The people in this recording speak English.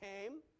came